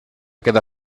queda